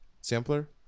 sampler